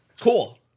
Cool